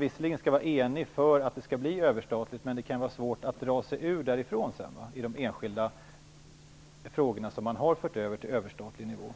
Visserligen skall man vara enig för att det skall bli överstatligt, men det kan sedan vara svårt att dra sig ur det i enskilda frågor som förts över till överstatlig nivå.